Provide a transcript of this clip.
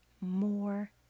more